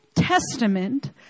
Testament